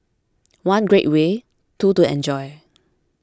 one great way two to enjoy